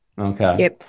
Okay